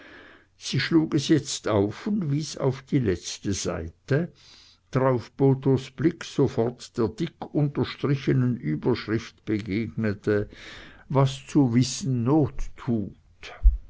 sie schlug es jetzt auf und wies auf die letzte seite drauf bothos blick sofort der dick unterstrichenen überschrift begegnete was zu wissen not tut